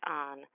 on